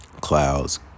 clouds